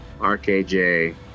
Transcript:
R-K-J